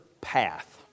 path